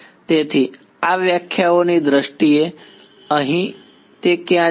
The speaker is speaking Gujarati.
તેથી આ વ્યાખ્યાઓની દ્રષ્ટિએ અહીં તે ક્યાં જાય છે